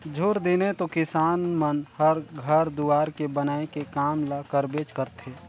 झूर दिने तो किसान मन हर घर दुवार के बनाए के काम ल करबेच करथे